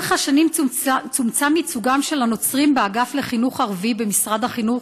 לאורך השנים צומצם ייצוגם של הנוצרים באגף לחינוך ערבי במשרד החינוך